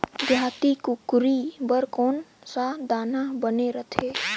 देहाती कुकरी बर कौन सा दाना बने रथे?